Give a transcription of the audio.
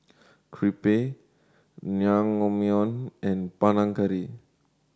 Crepe Naengmyeon and Panang Curry